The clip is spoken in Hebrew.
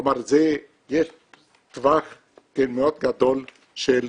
כלומר יש טווח מאוד גדול של מחירים.